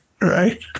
right